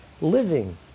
living